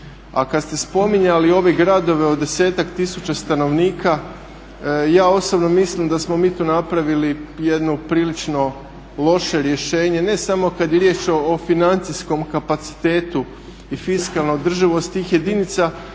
A kad ste spominjali ove gradove od desetak tisuća stanovnika, ja osobno mislim da smo mi tu napravili jedno prilično loše rješenje ne samo kad je riječ o financijskom kapacitetu i fiskalnoj održivosti tih jedinica,